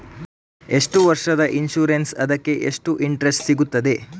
ಎಷ್ಟು ವರ್ಷದ ಇನ್ಸೂರೆನ್ಸ್ ಅದಕ್ಕೆ ಎಷ್ಟು ಇಂಟ್ರೆಸ್ಟ್ ಸಿಗುತ್ತದೆ?